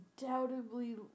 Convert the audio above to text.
undoubtedly